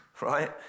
right